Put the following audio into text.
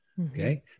Okay